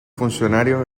funcionario